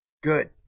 Good